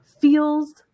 feels